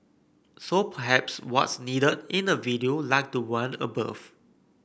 so perhaps what's needed is a video like the one above